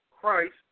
Christ